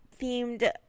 themed